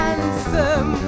Handsome